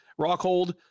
Rockhold